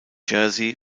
jersey